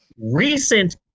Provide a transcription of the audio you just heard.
recent